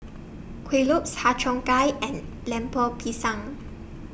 Kueh Lopes Har Cheong Gai and Lemper Pisang